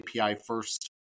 API-first